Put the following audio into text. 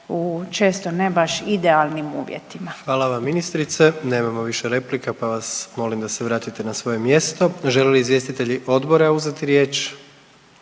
Gordan (HDZ)** Hvala vam ministrice. Nemam više replika pa vas molim da se vratite na svoje mjesto. Želi li izvjestitelji odbora uzeti riječ?